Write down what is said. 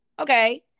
Okay